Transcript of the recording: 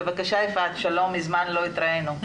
בבקשה, יפעת, מזמן לא התראינו.